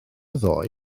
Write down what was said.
ddoe